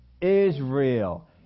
Israel